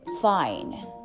fine